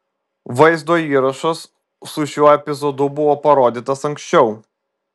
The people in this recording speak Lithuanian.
vaizdo įrašas su šiuo epizodu buvo parodytas anksčiau